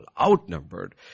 outnumbered